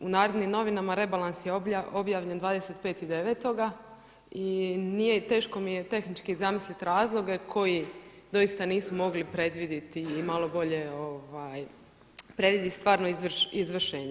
U Narednim novinama rebalans je objavljen 25.9. i nije i teško mi je tehnički zamisliti razloge koji doista nisu mogli predvidjeti i malo bolje predvidjeti stvarno izvršenje.